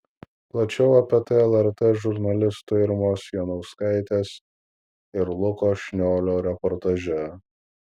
plačiau apie tai lrt žurnalistų irmos janauskaitės ir luko šniolio reportaže